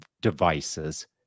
devices